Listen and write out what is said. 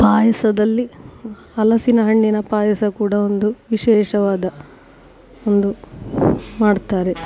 ಪಾಯಸದಲ್ಲಿ ಹಲಸಿನ ಹಣ್ಣಿನ ಪಾಯಸ ಕೂಡ ಒಂದು ವಿಶೇಷವಾದ ಒಂದು ಮಾಡ್ತಾರೆ